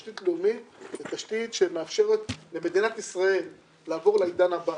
תשתית לאומית זה תשתית שמאפשרת למדינת ישראל לעבור לעידן הבא,